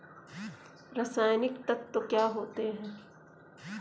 रसायनिक तत्व क्या होते हैं?